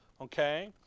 Okay